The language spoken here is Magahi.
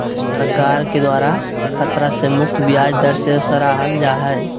सरकार के द्वारा खतरा से मुक्त ब्याज दर के सराहल जा हइ